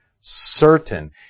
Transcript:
Certain